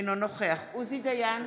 אינו נוכח עוזי דיין,